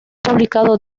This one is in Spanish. publicado